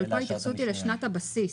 פה ההתייחסות היא לשנת הבסיס.